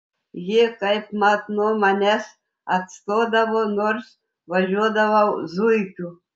jie kaip mat nuo manęs atstodavo nors važiuodavau zuikiu